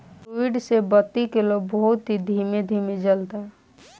fluid से बत्ती के लौं बहुत ही धीमे धीमे जलता